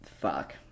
Fuck